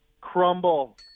crumble